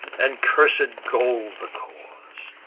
and cursed gold the cause.